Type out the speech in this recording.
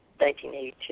1982